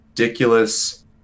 Ridiculous